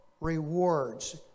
rewards